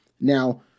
Now